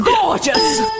Gorgeous